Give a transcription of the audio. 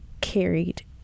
carried